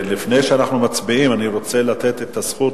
לפני שאנחנו מצביעים, אני רוצה לתת את הזכות,